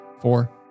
Four